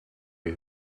you